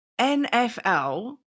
nfl